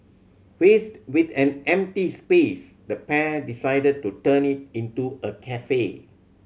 faced with an empty space the pair decided to turn it into a cafe